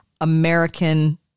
American